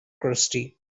crusty